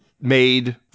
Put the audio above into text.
made